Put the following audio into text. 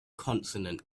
consonant